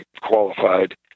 qualified